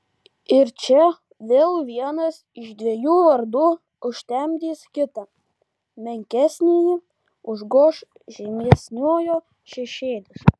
ir čia vėl vienas iš dviejų vardų užtemdys kitą menkesnįjį užgoš žymesniojo šešėlis